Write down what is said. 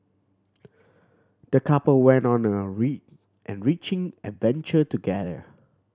the couple went on an an enriching adventure together